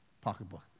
pocketbook